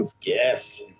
Yes